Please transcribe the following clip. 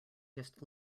just